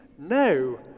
No